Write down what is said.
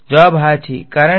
જવાબ હા છે કારણ કે